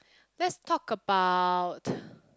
let's talk about